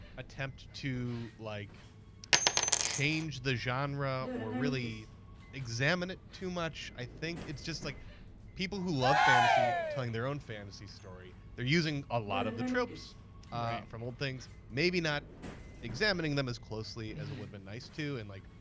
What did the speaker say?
attempt to like change the genre or really examine it too much. i think it's just like people who love fantasy, telling their own fantasy story. they're using a lot of the tropes from old things. maybe not examining them as closely as it would've been nice to, and like,